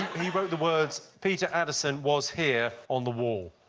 he wrote the words peter addison was here on the wall.